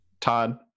Todd